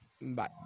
Bye